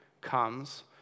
comes